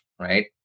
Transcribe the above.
right